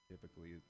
typically